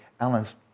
Alan's